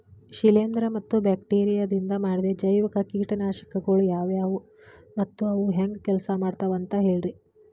ಶಿಲೇಂಧ್ರ ಮತ್ತ ಬ್ಯಾಕ್ಟೇರಿಯದಿಂದ ಮಾಡಿದ ಜೈವಿಕ ಕೇಟನಾಶಕಗೊಳ ಯಾವ್ಯಾವು ಮತ್ತ ಅವು ಹೆಂಗ್ ಕೆಲ್ಸ ಮಾಡ್ತಾವ ಅಂತ ಹೇಳ್ರಿ?